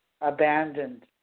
abandoned